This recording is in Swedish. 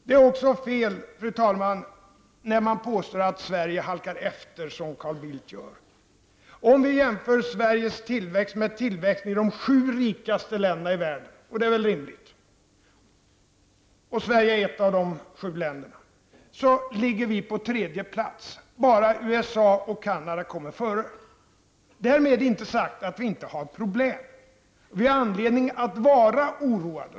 Det är likaså fel, fru talman, att som Carl Bildt påstå att Sverige halkar efter. Om vi jämför tillväxten i Sverige med tillväxten i de sju rikaste länderna i världen -- det är rimligt, och Sverige tillhör ett av dem -- så finner vi att Sverige ligger på tredje plats. Bara USA och Canada kommer före. Därmed har jag inte sagt att vi inte har problem. Vi har tvärtom anledning att vara oroade.